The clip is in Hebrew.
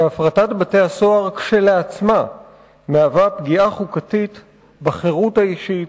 שהפרטת בתי-הסוהר כשלעצמה מהווה פגיעה חוקתית בחירות האישית,